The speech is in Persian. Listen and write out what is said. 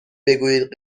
بگویید